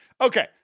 Okay